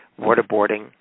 waterboarding